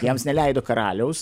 jiems neleido karaliaus